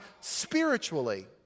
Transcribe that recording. spiritually